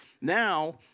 Now